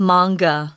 Manga